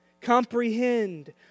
Comprehend